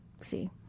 See